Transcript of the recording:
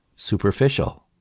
Superficial